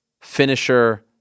finisher